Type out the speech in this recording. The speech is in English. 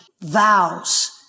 vows